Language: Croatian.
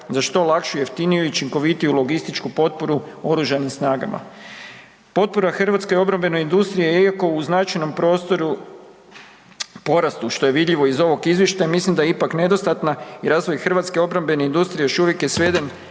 za što lakši, jeftiniju i učinkovitiju logističku potporu Oružanim snagama. Potpora hrvatskoj obrambenoj industriji je .../nerazumljivo/... u značajnom prostoru u porastu, što je vidljivo iz ovog Izvještaja i mislim da je ipak nedostatna i razvoj hrvatske obrambene industrije još uvijek je sveden